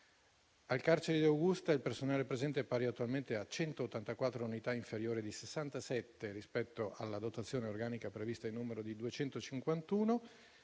Nel carcere di Augusta il personale presente è pari attualmente a 184 unità, inferiore di 67 rispetto alla dotazione organica prevista in numero di 251.